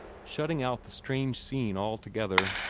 shutting out the strange scene altogether.